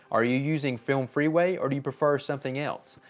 are you using film freeway or do you prefer something else?